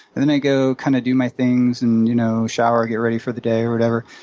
then i go kind of do my things, and you know shower, get ready for the day or whatever.